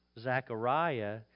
Zechariah